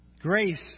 Grace